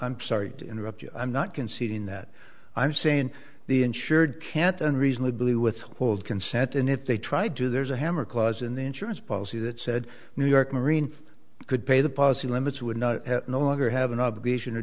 i'm sorry to interrupt you i'm not conceding that i'm saying the insured can't unreasonably withhold consent and if they tried to there's a hammer clause in the insurance policy that said new york marine could pay the policy limits would not no longer have an obligation or